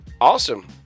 awesome